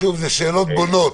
ושוב, אלה שאלות בונות.